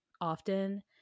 often